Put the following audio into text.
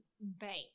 bank